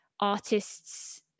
artists